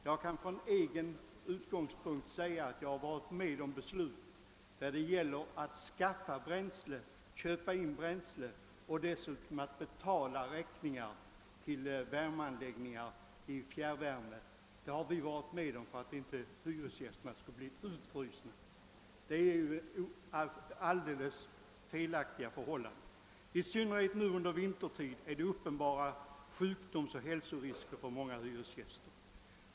Jag har själv varit med om beslut om att köpa in bränsle och dessutom betala räkningar för fjärrvärme för att hyresgästerna inte skulle frysa. Sådana förhållanden är ju helt otillfredsställande. I synnerhet under vintertid föreligger det uppenbara hälsorisker för många hyresgäster.